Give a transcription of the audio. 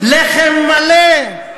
לחם מלא.